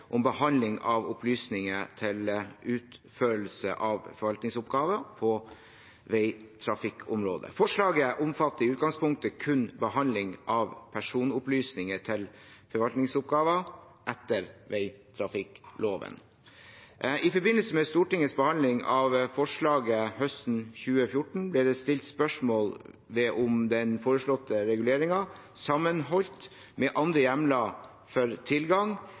om behandling av opplysninger til utførelse av forvaltningsoppgaver på veitrafikkområdet. Forslaget omfatter i utgangspunktet kun behandling av personopplysninger til forvaltningsoppgaver etter veitrafikkloven. I forbindelse med Stortingets behandling av forslaget høsten 2014 ble det stilt spørsmål ved om den foreslåtte reguleringen, sammenholdt med andre hjemler for tilgang,